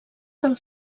del